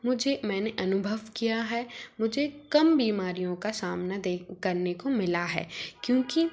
मुझे मैंने अनुभव किया है मुझे कम बीमारियों का सामना देख करने को मिला है क्योंकि